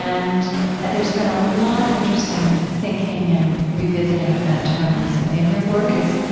and and there's been a lot of interesting thinking and revisiting of that term recently, and your work is,